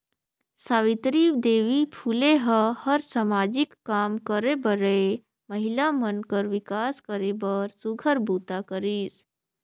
सावित्री देवी फूले ह हर सामाजिक काम करे बरए महिला मन कर विकास करे बर सुग्घर बूता करिस